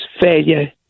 failure